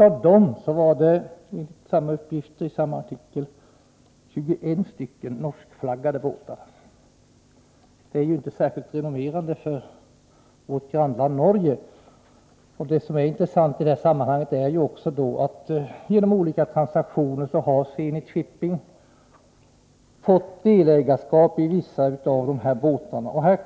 Av dessa var enligt samma artikel 21 norskflaggade båtar. Detta är inte särskilt renommerande för vårt grannland Norge. Det som är intressant i sammanhanget är att Zenit Shipping genom olika transaktioner fått delägarskap i vissa av båtarna. Men här